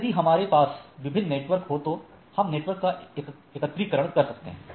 तो यदि हमारे पास विभिन्न नेटवर्क हो तो हम नेटवर्क का एकत्रीकरण कर सकते हैं